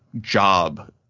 job